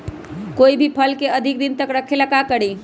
कोई भी फल के अधिक दिन तक रखे के ले ल का करी?